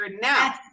now